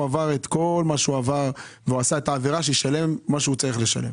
הוא עשה את העבירה, שישלם מה שהוא צריך לשלם